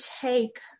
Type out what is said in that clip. take